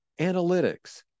analytics